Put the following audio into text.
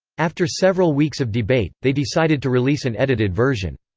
after several weeks of debate, they decided to release an edited version.